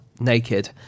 naked